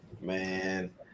Man